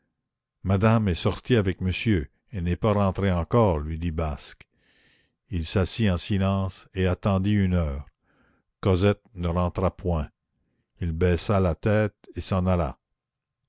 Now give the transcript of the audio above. madame est sortie avec monsieur et n'est pas rentrée encore lui dit basque il s'assit en silence et attendit une heure cosette ne rentra point il baissa la tête et s'en alla